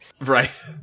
Right